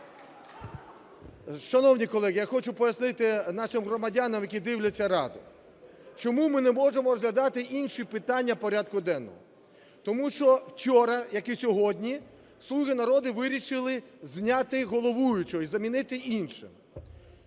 Шановні колеги, я хочу пояснити нашим громадянам, які дивляться "Раду". Чому ми не можемо розглядати інші питання порядку денного? Тому що вчора, як і сьогодні, "слуги народу" вирішили зняти головуючого і замінити іншим.